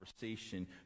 conversation